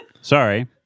Sorry